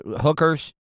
hookers